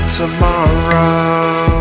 tomorrow